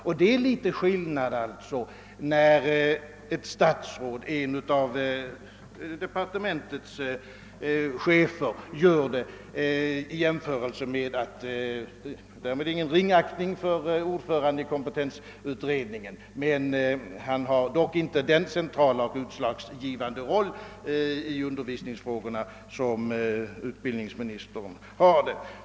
Och det är litet skillnad när ett statsråd, alltså en av departementets chefer, gör uttalandet, jämfört med om ordföranden i kompetensutredningen gör det. Därmed uttrycker jag ingen ringaktning för utredningens ordförande, men han spelar ju ändå inte samma centrala och utslagsgivande roll i undervisningsfrågorna som utbildningsministern.